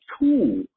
tool